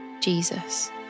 Jesus